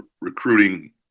recruiting